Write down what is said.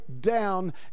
down